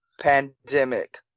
pandemic